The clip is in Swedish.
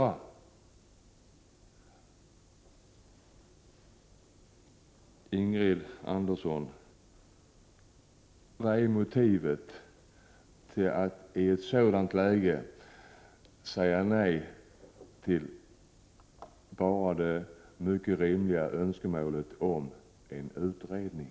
Vad är motivet, Ingrid Andersson, till att utskottsmajoriteten i ett sådant läge säger nej till det mycket rimliga önskemålet om en utredning?